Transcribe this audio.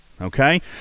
Okay